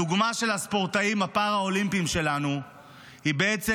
הדוגמה של הספורטאים הפאראלימפיים שלנו בעצם